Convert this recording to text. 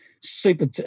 super